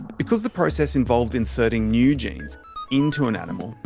because the process involved inserting new genes into an animal,